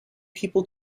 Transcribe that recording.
people